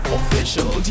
official